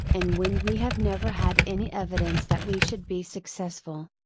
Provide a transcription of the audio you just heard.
and when we have never had any evidence that we should be successful.